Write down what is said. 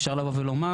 אפשר לבוא ולומר,